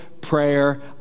prayer